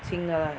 轻 ah